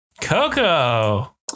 Coco